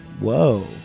Whoa